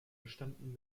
bestanden